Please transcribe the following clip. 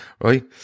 right